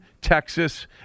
Texas